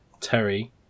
Terry